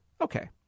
Okay